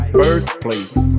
birthplace